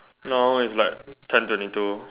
now it's like ten twenty two